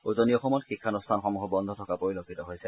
উজনি অসমত শিক্ষানুষ্ঠানসমূহো বন্ধ থকা পৰিলক্ষিত হৈছে